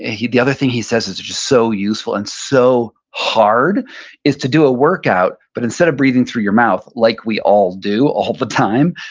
ah the other thing he says is just so useful and so hard is to do a workout, but instead of breathing through your mouth like we all do all the time,